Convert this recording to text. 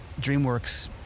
DreamWorks